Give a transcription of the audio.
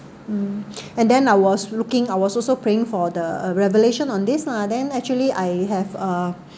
mm and then I was looking I was also paying for the revelation on this lah then actually I have a